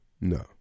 no